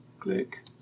click